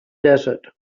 desert